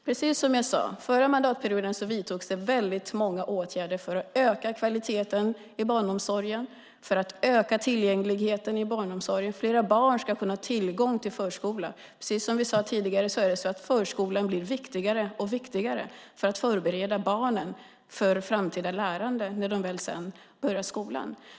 Precis som jag sade vidtogs det under förra mandatperioden väldigt många åtgärder för att öka kvaliteten och tillgängligheten i barnomsorgen. Fler barn ska ha tillgång till förskola. Precis som vi sade tidigare blir förskolan viktigare och viktigare för att förbereda barnen för framtida lärande när de väl börjar skolan.